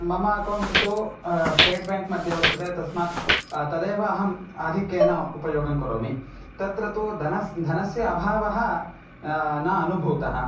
मम अकौण्ट् तु State Bank मध्ये वर्तते तस्मात् तदेव अहम् आधिक्येन उपयोगं करोमि तत्र तु धनस्य धनस्य अभावः न अनुभूतः